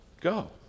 go